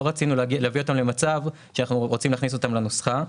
לא רצינו להביא אותם למצב שאנחנו רוצים להכניס אותם לנוסחה,